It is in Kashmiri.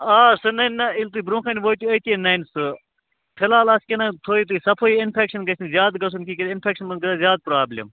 آ سُہ ننہِ نا ییٚلہِ تُہۍ برٛونٛہہ کنہِ وٲتِو أتۍ ننہِ سُہ فِلحال اتھ کیٚنٛہہ نہَ حظ تھٲوِو تُہۍ صفٲیی اِنفیٚکشن گژھِ نہٕ زیادٕ گژھُن کیٚنٛہہ کیٛازکہِ اِنفیٚکشنَس منٛز گژھِ زیادٕ پرٛابلِم